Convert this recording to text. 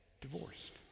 divorced